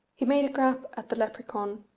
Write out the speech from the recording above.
he made a grab at the lepracaun,